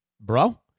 bro